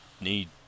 need